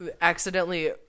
accidentally